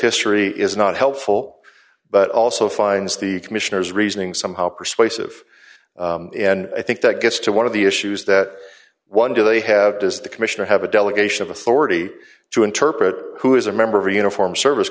history is not helpful but also finds the commissioner's reasoning somehow persuasive and i think that gets to one of the issues that one do they have does the commissioner have a delegation of authority to interpret who is a member of the uniform service